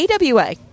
awa